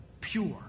pure